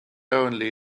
only